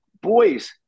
boys